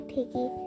Piggy